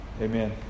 amen